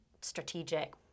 strategic